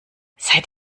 seid